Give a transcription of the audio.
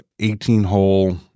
18-hole